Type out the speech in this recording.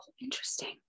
Interesting